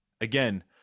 again